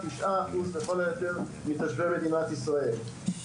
9% לכל היותר מתושבי מדינת ישראל,